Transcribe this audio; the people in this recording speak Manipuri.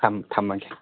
ꯊꯝꯃꯒꯦ